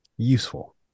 useful